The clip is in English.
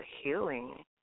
healing